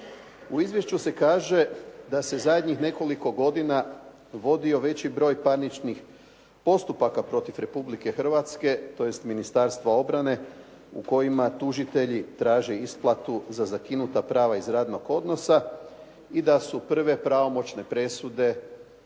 U izvješću se kaže da se zadnjih nekoliko godina vodio veći broj parničnih postupaka protiv Republike Hrvatske tj. Ministarstva obrane u kojima tužitelji traže isplatu za zakinuta prava iz radnog odnosa i da su prve pravomoćne presude